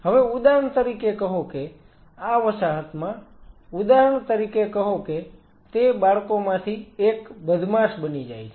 હવે ઉદાહરણ તરીકે કહો કે આ વસાહતમાં ઉદાહરણ તરીકે કહો કે તે બાળકોમાંથી એક બદમાશ બની જાય છે